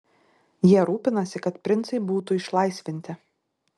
jie rūpinasi kad princai būtų išlaisvinti